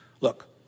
Look